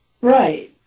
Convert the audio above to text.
Right